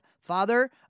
father